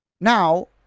now